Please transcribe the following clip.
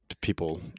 people